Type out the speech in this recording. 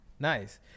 Nice